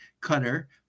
Cutter